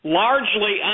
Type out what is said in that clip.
largely